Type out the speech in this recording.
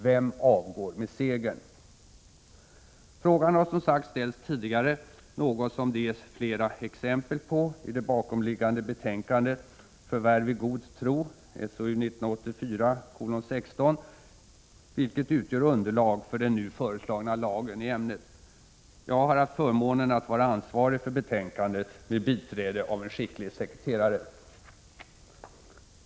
Vem avgår med segern? Frågan har som sagt ställts tidigare, något som det ges flera exempel på i det bakomliggande betänkandet, Förvärv i god tro , vilket utgör underlag för den nu föreslagna lagen i ämnet. Jag har haft förmånen att vara ansvarig för betänkandet med biträde av en skicklig sekreterare.